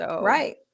Right